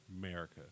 America